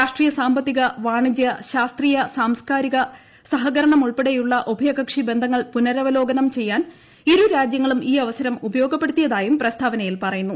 രാഷ്ട്രീയ സാമ്പത്തിക് പ്പാണിജ്യ ശാസ്ത്രീയ സാംസ്കാരിക സഹകരണമുൾപ്പെടെയ്യുള്ള് ഉഭയകക്ഷി ബന്ധങ്ങൾ പുനരവലോകനം ചെയ്യാൻ ഇരു രാജ്യങ്ങളും ഈ അവസരം ഉപയോഗപ്പെടുത്തിയതായും പ്രസ്താവനയിൽ പറയുന്നു